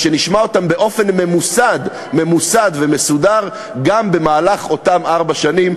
שנשמע אותם באופן ממוסד ומסודר גם במהלך אותן ארבע שנים,